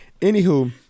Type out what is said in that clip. Anywho